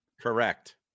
Correct